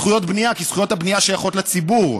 זכויות בנייה, כי זכויות הבנייה שייכות לציבור.